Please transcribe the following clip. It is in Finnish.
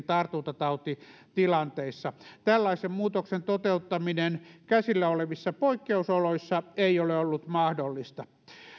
tartuntatautitilanteissa tällaisen muutoksen toteuttaminen käsillä olevissa poikkeusoloissa ei ole ollut mahdollista